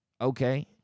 okay